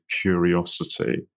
curiosity